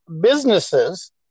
businesses